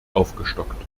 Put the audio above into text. aufgestockt